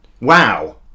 Wow